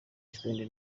icwende